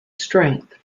strength